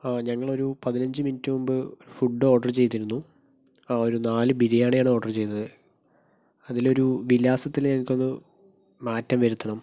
ആ ഞങ്ങളൊരു പതിനഞ്ച് മിനിറ്റ് മുമ്പ് ഒരു ഫുഡ്ഡ് ഓർഡർ ചെയ്തിരുന്നു ആ ഒരു നാല് ബിരിയാണിയാണ് ഓർഡർ ചെയ്തത് അതിലൊരു വിലാസത്തിലേക്കത് മാറ്റം വരുത്തണം